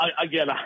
Again